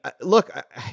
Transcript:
look